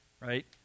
right